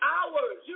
Hours